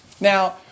Now